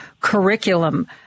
curriculum